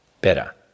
better